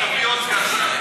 שתביא עוד סגן שר,